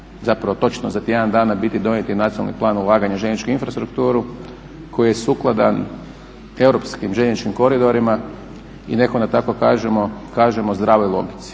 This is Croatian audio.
zapravo točno za tjedan dana biti donijeti i nacionalni plan ulaganja u željezničku infrastrukturu koji je sukladan europskim željezničkim koridorima i nekoj da tako kažemo zdravoj logici.